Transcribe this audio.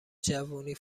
جوونی